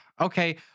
Okay